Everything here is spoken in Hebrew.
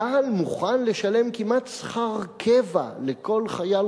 צה"ל מוכן לשלם כמעט שכר קבע לכל חייל